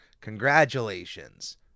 Congratulations